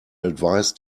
advised